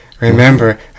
Remember